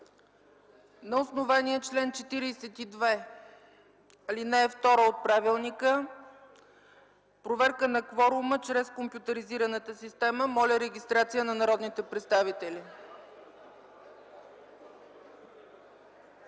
На основание чл. 42, ал. 2 от правилника – проверка на кворума чрез компютъризираната система. Моля регистрация на народните представители.